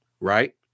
right